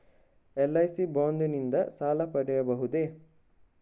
LIC bond ನಿಂದ ಸಾಲ ಪಡೆಯಬಹುದೇ?